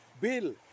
bill